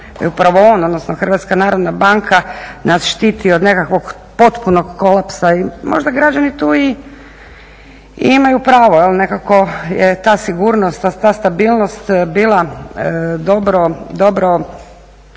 upravo on, odnosno Hrvatska narodna banka nas štiti od nekakvog potpunog kolapsa. Možda građani tu i imaju pravo. Nekako je ta sigurnost, ta stabilnost bila dobro